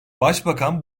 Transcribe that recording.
başbakan